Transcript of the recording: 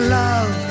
love